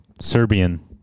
Serbian